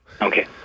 Okay